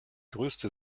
größte